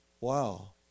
Wow